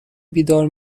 بیدار